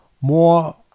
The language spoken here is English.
more